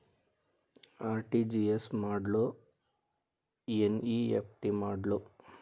RTGS ಮಾಡ್ಲೊ NEFT ಮಾಡ್ಲೊ?